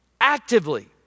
Actively